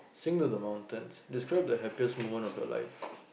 sing to the mountains describe the happiest moment of your life